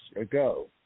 ago